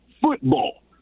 football